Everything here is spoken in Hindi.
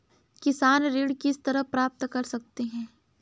किसान ऋण किस तरह प्राप्त कर सकते हैं?